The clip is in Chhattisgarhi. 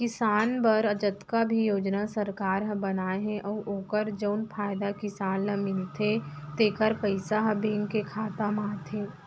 किसान बर जतका भी योजना सरकार ह बनाए हे अउ ओकर जउन फायदा किसान ल मिलथे तेकर पइसा ह बेंक के खाता म आथे